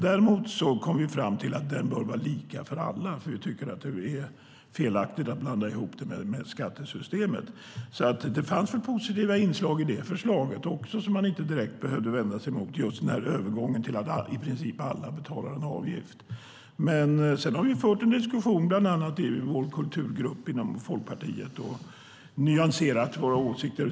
Däremot kom vi fram till att den bör vara lika för alla. Det är fel att blanda ihop den med skattesystemet. Det fanns positiva inslag i förslaget som man inte behövde vända sig emot, det vill säga just övergången till att i princip alla betalar en avgift. Vi har fört en diskussion i bland annat Folkpartiets kulturgrupp och nyanserat våra åsikter.